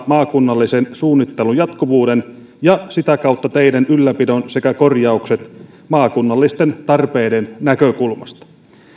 maakunnallisen suunnittelun jatkuvuuden ja sitä kautta teiden ylläpidon sekä korjaukset maakunnallisten tarpeiden näkökulmasta